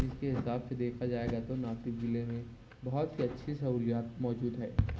اس کے حساب سے دیکھا جائے گا تو ناسک ضلع میں بہت ہی اچھی سہولیات موجود ہے